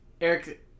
Eric